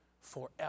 forever